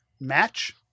match